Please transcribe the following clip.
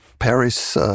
Paris